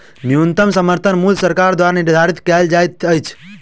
न्यूनतम समर्थन मूल्य सरकार द्वारा निधारित कयल जाइत अछि